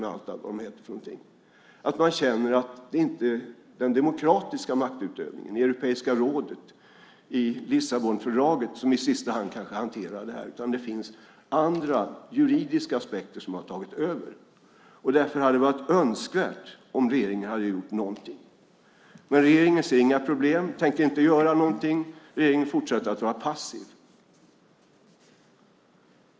Man känner att det inte är den demokratiska maktutövningen i Europeiska rådet och i Lissabonfördraget som i sista hand kanske hanterar detta, utan det finns andra juridiska aspekter som har tagit över. Därför hade det varit önskvärt att regeringen hade gjort någonting. Men regeringen ser inga problem och tänker inte göra någonting. Regeringen fortsätter att vara passiv.